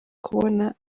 kubona